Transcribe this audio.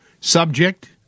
Subject